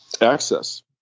access